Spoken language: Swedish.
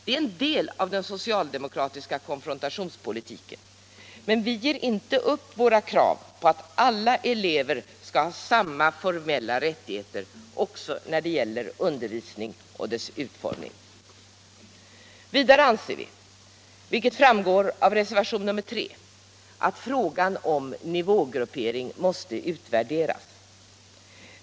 Det är en del av den socialdemokratiska konfrontationspolitiken, men vi ger inte upp våra krav på att alla elever skall ha samma formella rättigheter också när det gäller undervisning och dess utformning. Vidare anser vi, vilket framgår av reservationen 3, att frågan om nivågruppering måste utvärderas.